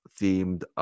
themed